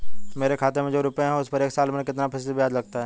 मेरे खाते में जो रुपये हैं उस पर एक साल में कितना फ़ीसदी ब्याज लगता है?